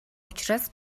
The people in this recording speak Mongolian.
учраас